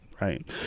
Right